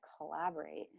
collaborate